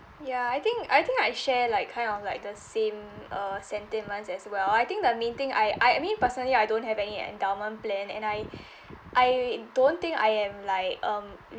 ya I think I think I share like kind of like the same uh sentiments as well I think the main thing I I mean personally I don't have any endowment plan and I I don't think I am like um